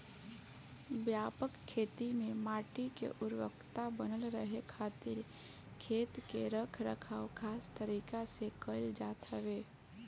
व्यापक खेती में माटी के उर्वरकता बनल रहे खातिर खेत के रख रखाव खास तरीका से कईल जात हवे